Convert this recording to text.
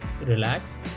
relax